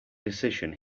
decision